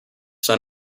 son